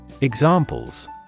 Examples